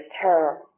terror